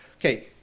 Okay